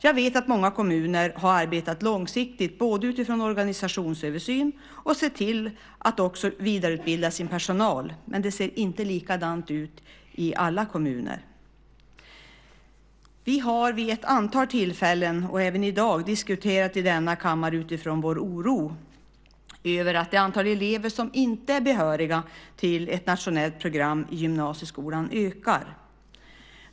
Jag vet att många kommuner har arbetat långsiktigt utifrån organisationsöversyn och sett till att också vidareutbilda sin personal. Men det ser inte likadant ut i alla kommuner. Vi har vid ett antal tillfällen, även i dag, diskuterat i denna kammare utifrån vår oro över att det antal elever som inte är behöriga till ett nationellt program i gymnasieskolan ökar.